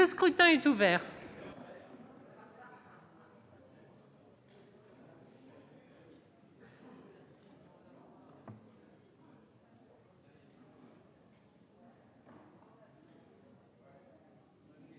Le scrutin est ouvert.